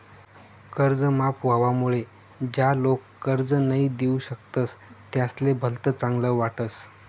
कर्ज माफ व्हवामुळे ज्या लोक कर्ज नई दिऊ शकतस त्यासले भलत चांगल वाटस